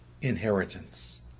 inheritance